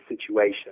situation